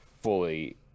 fully